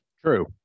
true